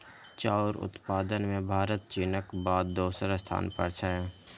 चाउर उत्पादन मे भारत चीनक बाद दोसर स्थान पर छै